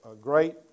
great